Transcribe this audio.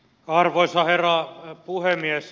arvoisa herra puhemies